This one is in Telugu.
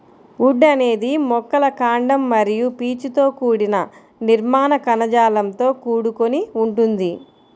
వుడ్ అనేది మొక్కల కాండం మరియు పీచుతో కూడిన నిర్మాణ కణజాలంతో కూడుకొని ఉంటుంది